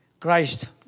Christ